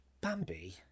Bambi